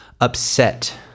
upset